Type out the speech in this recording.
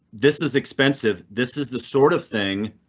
this is expensive. this is the sort of thing.